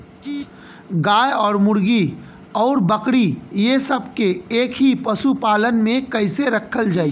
गाय और मुर्गी और बकरी ये सब के एक ही पशुपालन में कइसे रखल जाई?